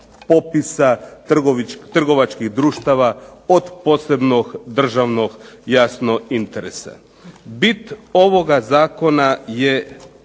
popisa trgovačkih društava od posebnog državnog, jasno, interesa. Bit ovoga zakona je